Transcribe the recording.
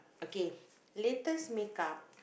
okay latest makeup